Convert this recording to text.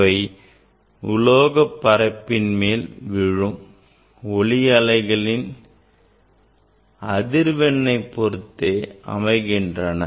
அவை உலோகப் பரப்பின் மேல் விழும் ஒளி அலைகளின் அதிர்வெண்ணை பொருத்தே அமைகின்றன